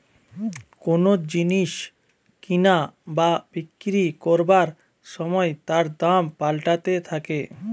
কোন জিনিস কিনা বা বিক্রি করবার সময় তার দাম পাল্টাতে থাকে